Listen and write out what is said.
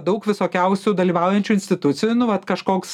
daug visokiausių dalyvaujančių institucijų nu vat kažkoks